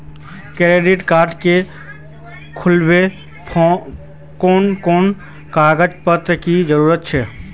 Credit card के खुलावेले कोन कोन कागज पत्र की जरूरत है?